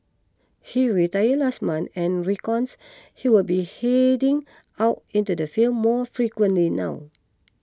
he retired last month and reckons he will be heading out into the field more frequently now